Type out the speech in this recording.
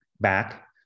back